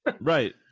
Right